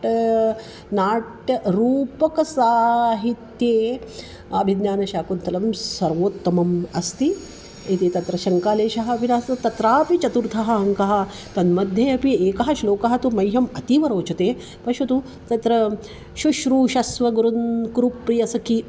नाट्यरूपकसाहित्ये अभिज्ञानशाकुन्तलं सर्वोत्तमम् अस्ति इति तत्र शङ्कालेशः अपि नास्ति तत्रापि चतुर्थः अङ्कः तन्मध्ये अपि एकः श्लोकः तु मह्यम् अतीव रोचते पश्यतु तत्र शुश्रूषस्व गुरून् कुरु प्रियसखी